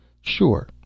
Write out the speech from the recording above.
Sure